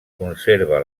conserva